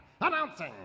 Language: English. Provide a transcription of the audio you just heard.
Announcing